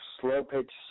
slow-pitch